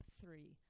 three